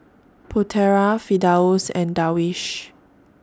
Putera Firdaus and Darwish